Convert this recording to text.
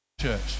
church